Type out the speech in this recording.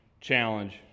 challenge